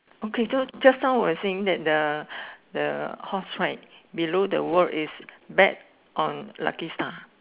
okay so just now we're saying that the the horse right below the word is bet on lucky star